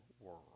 world